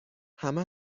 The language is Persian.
همه